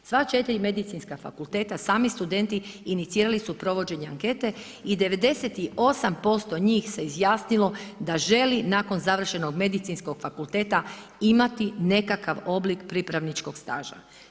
Sva 4 medicinska fakulteta, sami studenti, inicirali su provođenje ankete i 98% njih se izjasnilo da želi nakon završenog Medicinskog fakulteta, imati nekakav oblik pripravničkog staža.